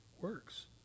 works